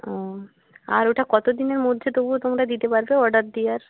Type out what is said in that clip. ও আর ওটা কত দিনের মধ্যে তবুও তোমরা দিতে পারবে অর্ডার দেওয়ার